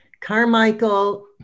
Carmichael